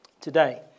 today